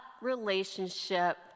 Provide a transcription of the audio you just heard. relationship